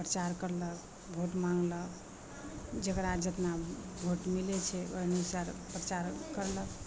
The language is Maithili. परचार करलक भोट माँगलक जकरा जतना भोट मिलै छै ओहि अनुसार परचार करलक